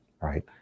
right